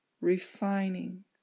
refining